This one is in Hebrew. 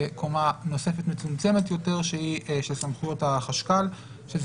קומה נוספת מצומצמת יותר של סמכויות הכללי שזה